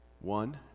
One